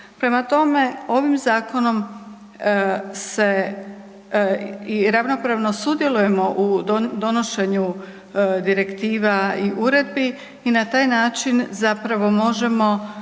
Prema tome, ovim zakonom se i ravnopravno sudjelujemo u donošenju direktiva i uredbi i na taj način zapravo možemo